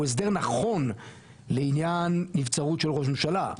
הסדר נכון לעניין נבצרות של ראש ממשלה,